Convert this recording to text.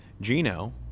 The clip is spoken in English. Gino